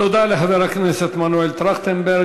תודה לחבר הכנסת מנואל טרכטנברג.